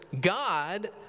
God